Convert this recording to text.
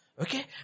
Okay